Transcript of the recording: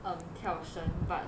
um 跳绳 but